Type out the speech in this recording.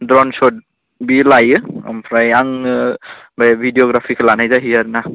drone shot बियो लायो ओमफ्राय आंनो बे भिडिय'ग्राफिखौ लानाय जाहैयो आरोना